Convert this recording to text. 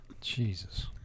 Jesus